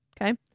Okay